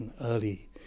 early